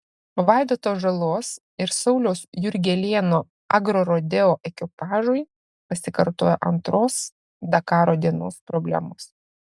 vaidoto žalos ir sauliaus jurgelėno agrorodeo ekipažui pasikartojo antros dakaro dienos problemos